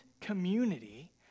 community